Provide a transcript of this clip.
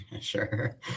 sure